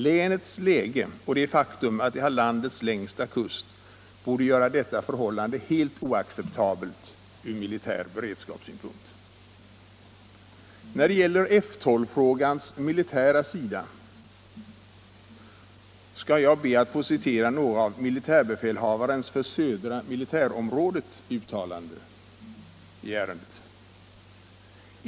Länets läge och det faktum att det har landets längsta kust borde göra detta förhållande helt oacceptabelt ur militär beredskapssynpunkt. När det gäller F 12-frågans militära sida skall jag be att få citera några av militärbefälhavarens för södra militärområdet uttalanden i ärendet.